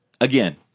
again